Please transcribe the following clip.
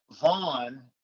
Vaughn